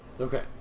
okay